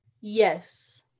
Yes